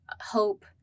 hope